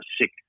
sick